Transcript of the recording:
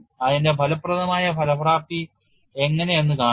അതിന്റെ ഫലപ്രദമായ ഫലപ്രാപ്തി എങ്ങനെയെന്ന് കാണുക